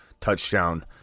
touchdown